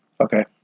Okay